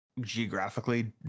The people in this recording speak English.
geographically